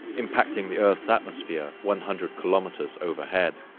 impacting the earth's atmosphere one hundred kilometers overhead.